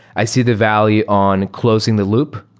i see the value on closing the loop.